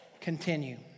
Continue